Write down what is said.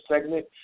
segment